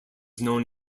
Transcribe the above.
known